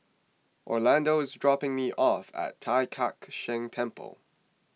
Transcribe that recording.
Orlando is dropping me off at Tai Kak Seah Temple